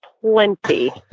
plenty